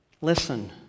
Listen